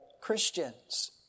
Christians